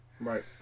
Right